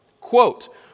Quote